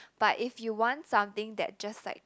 but if you want something that just like